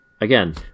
again